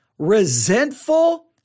resentful